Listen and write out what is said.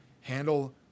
handle